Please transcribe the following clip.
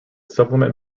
supplement